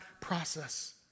process